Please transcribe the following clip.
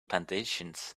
plantations